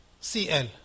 CL